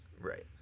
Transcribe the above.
Right